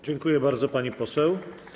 Dziękuję bardzo, pani poseł.